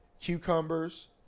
cucumbers